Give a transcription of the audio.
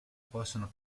possono